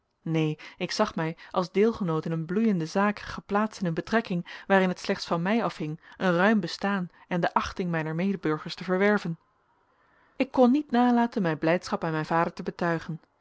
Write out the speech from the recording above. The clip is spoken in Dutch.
neen ik zag mij als deelgenoot in een bloeiende zaak geplaatst in een betrekking waarin het slechts van mij afhing een ruim bestaan en de achting mijner medeburgers te verwerven ik kon niet nalaten mijn blijdschap aan mijn vader te betuigen